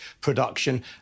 production